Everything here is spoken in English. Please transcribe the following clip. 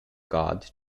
god